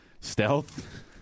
stealth